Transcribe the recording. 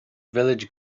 village